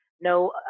no